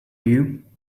you